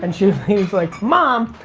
and she was like, mom!